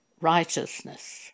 righteousness